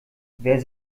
wer